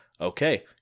okay